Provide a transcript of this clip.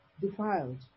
defiled